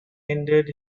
ended